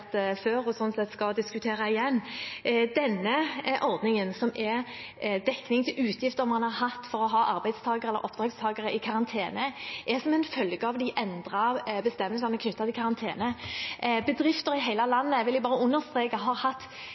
før, og sånn sett skal diskutere igjen. Denne ordningen, som er dekning av utgifter man har hatt for å ha arbeidstakere eller oppdragstakere i karantene, er som en følge av de endrede bestemmelsene knyttet til karantene. Jeg vil bare understreke at bedrifter i hele landet